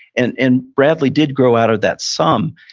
and and bradley did grow out of that some.